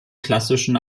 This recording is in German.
klassischen